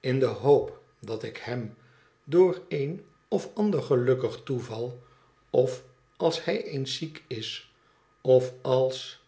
in de hoop dat ik hem door een of ander gelukkig toeval of als hij eens ziek is of als